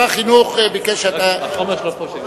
החומר שלו פה.